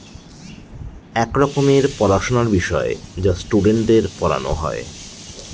এক রকমের পড়াশোনার বিষয় যা স্টুডেন্টদের পড়ানো হয়